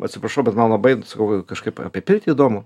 atsiprašau bet man labai sakau kažkaip apie pirtį įdomu